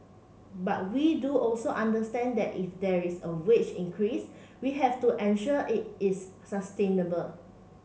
but we do also understand that if there is a wage increase we have to ensure it is sustainable